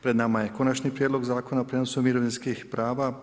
Pred nama je Konačni prijedlog zakona o prijenosu mirovinskih prava.